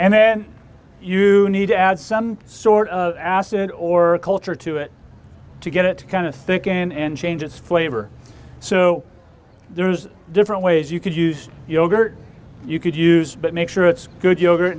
and then you need to add some sort of acid or culture to it to get it kind of thicken and change its flavor so there's different ways you could use yogurt you could use but make sure it's good yogurt